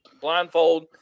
blindfold